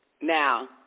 Now